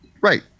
right